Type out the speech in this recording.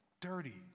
dirty